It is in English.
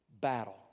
battle